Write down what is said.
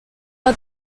but